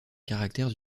caractères